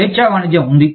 స్వేచ్ఛా వాణిజ్యం ఉంది